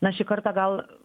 na šį kartą gal